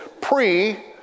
pre